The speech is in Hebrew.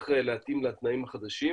צריך להתאים לתנאים החדשים,